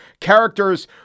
characters